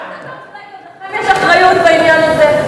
אתה לא חושב שגם לכם יש אחריות בעניין הזה?